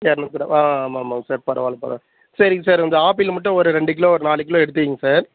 இரநூத்தி ஆ ஆமாம் ஆமாங்க சார் பரவாயில்ல பரவாயில்ல சரிங்க சார் இந்த ஆப்பிள் மட்டும் ஒரு ரெண்டு கிலோ ஒரு நாலு கிலோ எடுத்து வையுங்க சார்